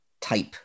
type